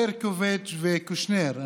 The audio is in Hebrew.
ברקוביץ' וקושנר,